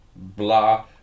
blah